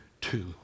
two